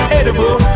edible